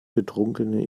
betrunkene